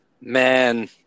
Man